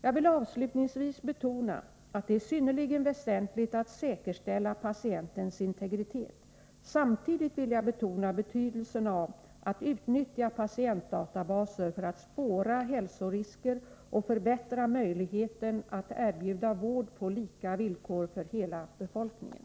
Jag vill avslutningsvis betona att det är synnerligen väsentligt att säkerställa patientens integritet. Samtidigt vill jag betona betydelsen av att utnyttja patientdatabaser för att spåra hälsorisker och förbättra möjligheterna att erbjuda vård på lika villkor för hela befolkningen.